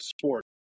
sport